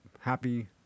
happy